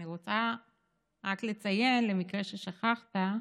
אני רוצה רק לציין, למקרה ששכחת,